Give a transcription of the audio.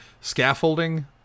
scaffolding